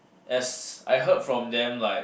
as I heard from them like